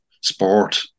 sport